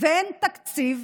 ואין תקציב,